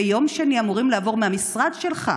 ביום שני הם אמורים לעבור מהמשרד שלך,